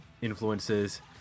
influences